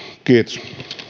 kiitos